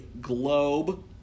globe